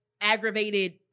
aggravated